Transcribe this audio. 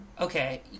Okay